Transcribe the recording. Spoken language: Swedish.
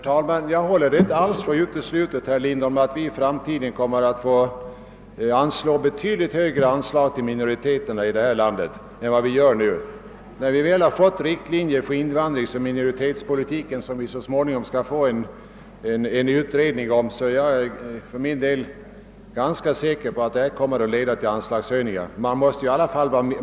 Herr talman! Jag håller inte för uteslutet, herr Lindholm, att vi i framtiden kommer att få ge betydligt högre anslag till minoriteterna i vårt land än vi gör nu. När vi väl fått riktlinjer för invandringsoch minoritetspolitiken, om vilken vi så småningom skall få en utredning, är jag ganska säker på att vi i framtiden kommer att besluta om högre anslag.